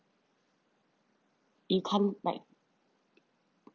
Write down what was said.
he come like